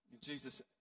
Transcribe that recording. Jesus